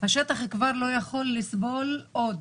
השטח כבר לא יכול לסבול עוד.